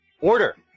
Order